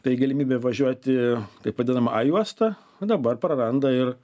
tai galimybę važiuoti taip vadinama a juosta o dabar praranda ir